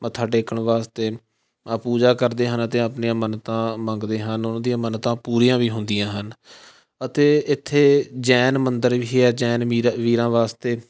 ਮੱਥਾ ਟੇਕਣ ਵਾਸਤੇ ਆ ਪੂਜਾ ਕਰਦੇ ਹਨ ਅਤੇ ਆਪਣੀਆਂ ਮੰਨਤਾਂ ਮੰਗਦੇ ਹਨ ਉਹਨਾਂ ਦੀਆਂ ਮੰਨਤਾਂ ਪੂਰੀਆਂ ਵੀ ਹੁੰਦੀਆਂ ਹਨ ਅਤੇ ਇੱਥੇ ਜੈਨ ਮੰਦਰ ਵੀ ਹੈ ਜੈਨ ਮੀਰਾ ਵੀਰਾਂ ਵਾਸਤੇ